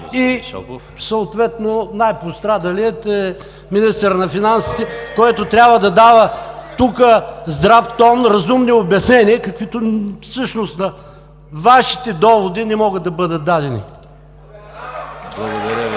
и съответно най-пострадалият е министърът на финансите, който трябва да дава тук здрав тон, разумни обяснения, каквито всъщност на Вашите доводи не могат да бъдат дадени. (Възгласи и